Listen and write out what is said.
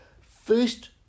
First